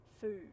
food